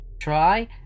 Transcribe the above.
try